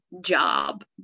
job